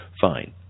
fine